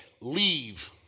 leave